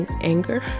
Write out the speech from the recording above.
anger